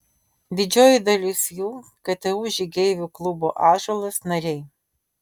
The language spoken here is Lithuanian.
didžioji dalis jų ktu žygeivių klubo ąžuolas nariai